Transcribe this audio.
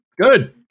good